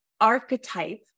archetype